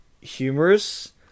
humorous